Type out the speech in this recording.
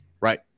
Right